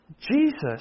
Jesus